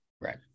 Right